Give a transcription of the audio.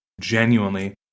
genuinely